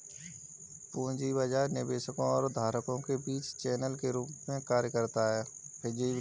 पूंजी बाजार निवेशकों और उधारकर्ताओं के बीच चैनल के रूप में कार्य करता है